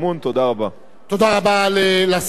תודה רבה לשר גלעד ארדן.